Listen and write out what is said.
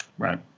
Right